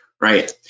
right